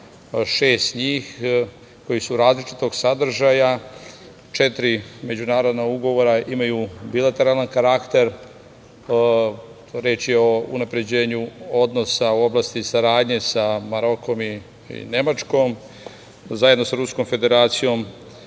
šest njih, koji su različitog sadržaja. Četiri međunarodna ugovora imaju bilateralan karakter, reč je unapređenju odnosa u oblasti saradnje sa Marokom i Nemačkom. Zajedno sa Ruskom Federacijom